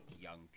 Young